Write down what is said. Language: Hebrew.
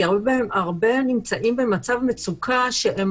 כי הרבה פעמים הרבה נמצאים במצב מצוקה שהם